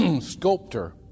sculptor